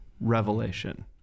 revelation